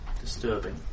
disturbing